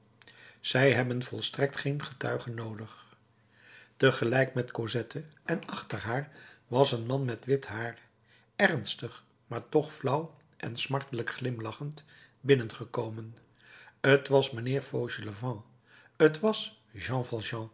zij hebben volstrekt geen getuigen noodig tegelijk met cosette en achter haar was een man met wit haar ernstig maar toch flauw en smartelijk glimlachend binnengekomen t was mijnheer fauchelevent t was jean